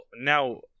now